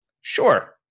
Sure